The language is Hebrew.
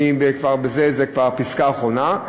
זו כבר הפסקה האחרונה,